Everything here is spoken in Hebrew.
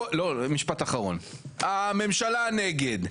הממשלה נגד,